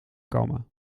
kammen